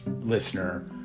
listener